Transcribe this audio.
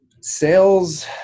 sales